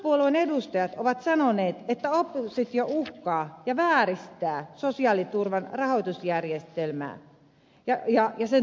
hallituspuolueiden edustajat ovat sanoneet että oppositio uhkaa ja vääristää sosiaaliturvan rahoitusjärjestelmää ja sen toimivuutta